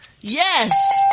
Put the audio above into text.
Yes